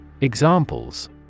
Examples